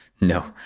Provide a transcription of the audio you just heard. no